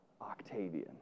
Octavian